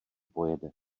pojede